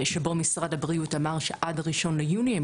שלגביהם משרד הבריאות אמר שעד ה-1 ביוני הם